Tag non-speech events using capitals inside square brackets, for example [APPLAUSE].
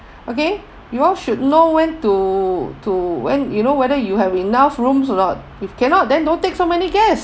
[BREATH] okay you all should know when to to when you know whether you have enough rooms or not if cannot then don't take so many guests